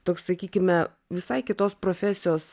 toks sakykime visai kitos profesijos